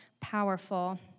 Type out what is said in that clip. powerful